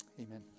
amen